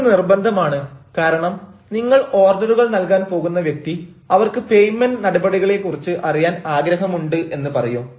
ഇത് നിർബന്ധമാണ് കാരണം നിങ്ങൾ ഓർഡറുകൾ നൽകാൻ പോകുന്ന വ്യക്തി അവർക്ക് പെയ്മെന്റ് നടപടികളെ കുറിച്ച് അറിയാൻ ആഗ്രഹമുണ്ട് എന്ന് പറയും